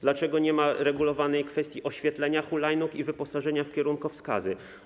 Dlaczego nie uregulowano kwestii oświetlenia hulajnóg i wyposażenia w kierunkowskazy?